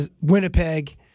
Winnipeg